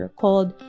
called